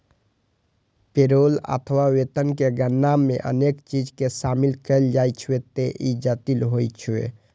payroll अथवा वेतन के गणना मे अनेक चीज कें शामिल कैल जाइ छैं, ते ई जटिल होइ छै